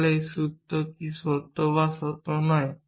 তাহলে এই সূত্রটি কি সত্য বা সত্য নয়